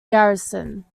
garrison